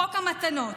חוק המתנות,